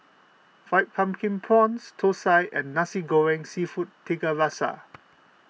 Fried Pumpkin Prawns Thosai and Nasi Goreng Seafood Tiga Rasa